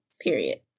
period